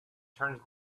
turns